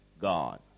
God